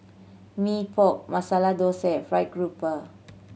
Mee Pok Masala Thosai fried grouper